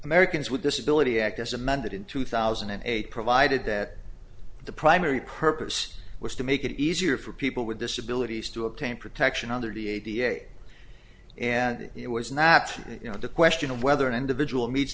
americans with disability act as amended in two thousand and eight provided that the primary purpose was to make it easier for people with disabilities to obtain protection under the a b a and it was not you know the question of whether an individual meets